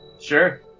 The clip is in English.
Sure